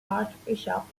archbishop